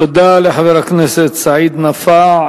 תודה לחבר הכנסת סעיד נפאע.